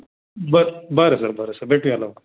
बर बरं सर बरं सर भेटूया लवकरच